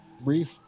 Brief